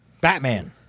Batman